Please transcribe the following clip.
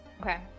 Okay